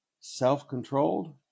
Self-controlled